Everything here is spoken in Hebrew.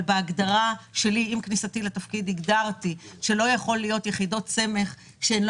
עם כניסתי לתפקיד אמרתי שלא יכולות להיות יחידות סמך שלא